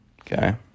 okay